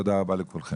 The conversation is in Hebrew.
תודה רבה לכולם.